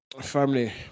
family